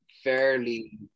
fairly